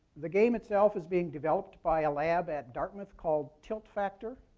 the game itself is being developed by a lab at dartmouth called tiltfactor.